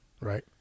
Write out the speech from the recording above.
right